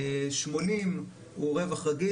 80 הוא רווח רגיל,